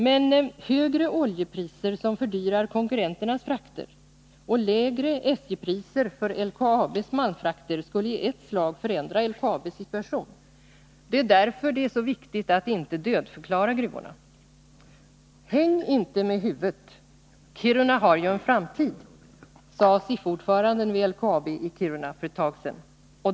Men högre oljepriser, som fördyrar konkurrenternas frakter, och lägre SJ-priser för LKAB:s malmfrakter skulle i ett slag förändra LKAB:s situation. Det är därför det är så viktigt att inte dödförklara gruvorna. Häng inte med huvudet, Kiruna har ju en framtid, sade SIF-ordföranden vid LKAB i Kiruna för ett tag sedan.